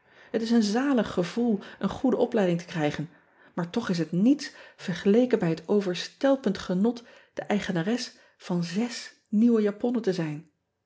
et is een zalig gevoel een goede opleiding te krijgen maar toch is het niets vergeleken bij het overstelpend genot de eigenares van zes nieuwe japonnen te zijn